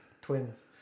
Twins